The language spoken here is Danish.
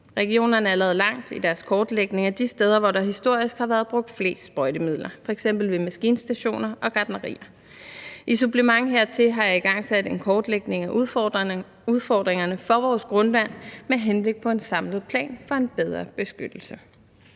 Regionerne er nået langt i deres kortlægning af de steder, hvor der historisk har været brugt flest sprøjtemidler, f.eks. ved maskinstationer og gartnerier. I supplement hertil har jeg igangsat en kortlægning af udfordringerne for vores grundvand med henblik på en samlet plan for en bedre beskyttelse.